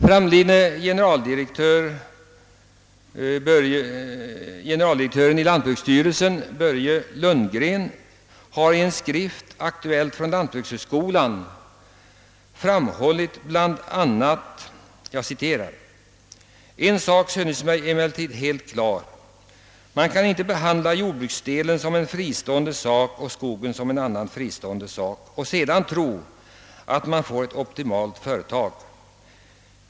Framlidne generaldirektören i lantbruksstyrelsen Börje Lundgren har i en skrift, Aktuellt från lantbrukshögskolan, anfört bl.a.: »En sak synes mig emellertid helt klar: man kan inte behandla jordbruksdelen som en fristående sak och skogen som en annan fristående sak och sedan tro, att man får ett optimalt företag.